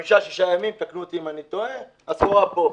חמישה-שישה ימים תקנו אותי אם אני טועה והסחורה פה.